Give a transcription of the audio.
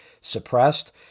suppressed